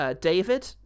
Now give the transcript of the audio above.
David